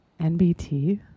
NBT